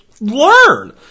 Learn